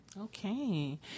Okay